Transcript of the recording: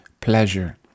pleasure